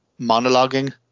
monologuing